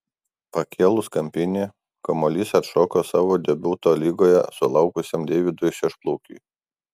pakėlus kampinį kamuolys atšoko savo debiuto lygoje sulaukusiam deividui šešplaukiui